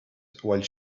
while